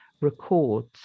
Records